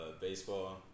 Baseball